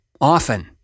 often